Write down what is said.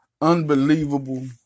unbelievable